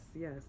yes